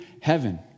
heaven